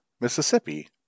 Mississippi